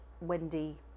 Wendy